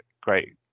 great